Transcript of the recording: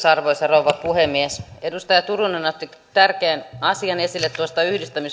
arvoisa rouva puhemies edustaja turunen otti tärkeän asian esille tuosta